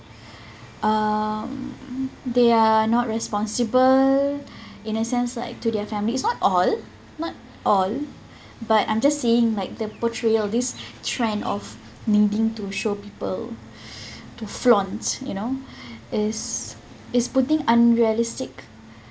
um they are not responsible in a sense like to their families not all not all but I'm just saying like the portrayal of this trend of needing to show people to flaunt you know is is putting unrealistic